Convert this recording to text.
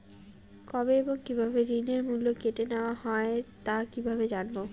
কবে এবং কিভাবে ঋণের মূল্য কেটে নেওয়া হয় তা কিভাবে জানবো?